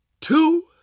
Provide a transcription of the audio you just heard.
two